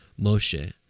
Moshe